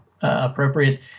appropriate